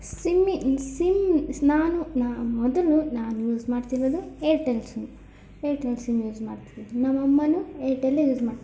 Simmi sim ಸ್ ನಾನು ನಾನು ಮೊದಲು ನಾನು ಯೂಸ್ ಮಾಡ್ತಿರೋದು Airtel sim Airtel sim use ಮಾಡ್ತಿದ್ದೆ ನಮ್ಮಮ್ಮನೂ ಏರ್ಟೆಲ್ಲೇ ಯೂಸ್ ಮಾಡಿ